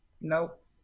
Nope